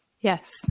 yes